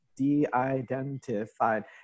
de-identified